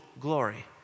glory